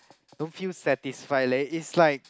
don't feel satisfied leh it's like